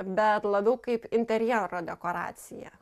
bet labiau kaip interjero dekoracija